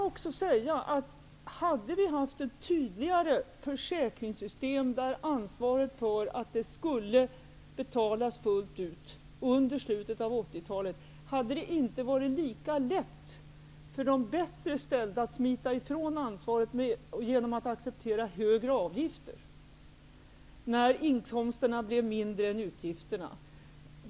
Om vi hade haft ett tydligare försäkringssystem där an svaret för att det skulle betalas fullt ut under slutet av 80-talet, hade det inte varit lika lätt för de bättre ställda att smita ifrån ansvaret genom att acceptera högre avgifter när inkomsterna blev mindre än utgifterna.